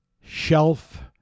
shelf